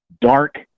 dark